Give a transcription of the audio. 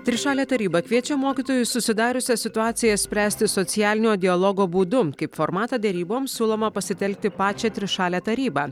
trišalė taryba kviečia mokytojus susidariusią situaciją spręsti socialinio dialogo būdu kaip formatą deryboms siūloma pasitelkti pačią trišalę tarybą